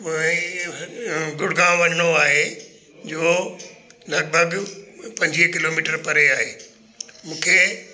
गुड़गांव वञिणो आहे जो लॻभॻि पंजुवीह किलोमीटर परे आहे मूंखे